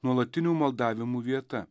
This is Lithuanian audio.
nuolatinių maldavimų vieta